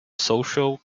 social